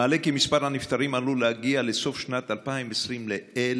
מעלה כי מספר הנפטרים עלול להגיע בסוף 2020 ל-1,300